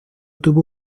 tuvo